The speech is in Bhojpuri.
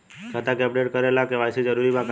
खाता के अपडेट करे ला के.वाइ.सी जरूरी बा का?